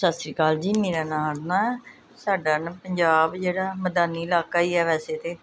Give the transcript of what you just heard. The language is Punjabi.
ਸਤਿ ਸ਼੍ਰੀ ਅਕਾਲ ਜੀ ਮੇਰਾ ਨਾਮ ਅਰੁਣਾ ਹੈ ਸਾਡਾ ਨਾ ਪੰਜਾਬ ਜਿਹੜਾ ਮੈਦਾਨੀ ਇਲਾਕਾ ਹੀ ਹੈ ਵੈਸੇ ਤਾਂ